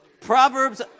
Proverbs